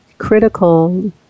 critical